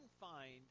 find